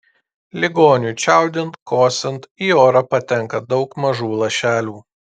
ligoniui čiaudint kosint į orą patenka daug mažų lašelių